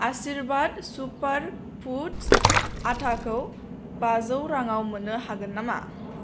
आशीर्वाद super foods आटाखौ बाजौ राङाव मोन्नो हागोन नामा